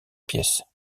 pièce